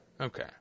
Okay